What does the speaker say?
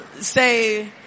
say